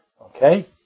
Okay